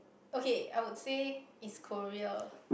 okay I would say it's Korea